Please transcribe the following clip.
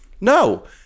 No